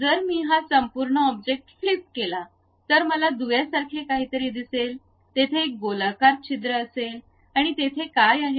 जर मी हा संपूर्ण ऑब्जेक्ट फ्लिप केला तर मला दुव्यासारखे काहीतरी दिसेल तेथे एक गोलाकार छिद्र असेल आणि तेथे काय आहे